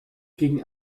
gegen